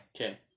Okay